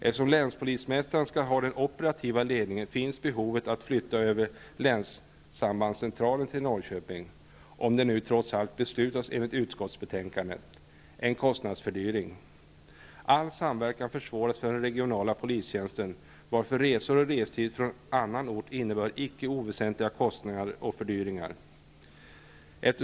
Eftersom länspolismästaren skall ha den operativa ledningen finns behovet att flytta över länssambandscentralen till Norrköping, om det nu trots allt beslutas enligt utskottsbetänkandet. Det skulle innebära en kostnadsfördyring. All samverkan försvåras för den regionala polistjänsten, varför resor och restid från annan ort föranleder icke oväsentliga kostnader och fördyringar.